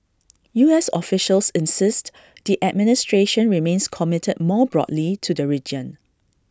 U S officials insist the administration remains committed more broadly to the region